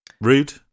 rude